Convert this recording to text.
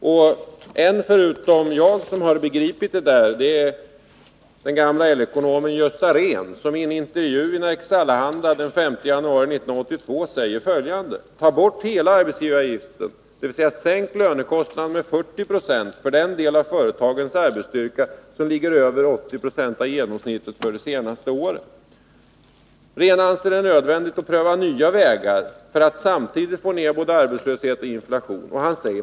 Den som förutom jag har begripit detta är LO-ekonomen Gösta Rehn, som i en intervju i Nerikes Allehanda den 5 januari 1982 säger följande: ”Ta bort hela arbetsgivaravgiften, dvs. sänk lönekostnaden med 40 96 för den del av företagens arbetsstyrka som ligger över 80 90 av ett genomsnitt för de senaste åren!” Rehn ”anser det nödvändigt att pröva nya vägar för att samtidigt få ner både arbetslöshet och inflation.